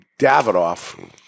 Davidoff